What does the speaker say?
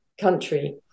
country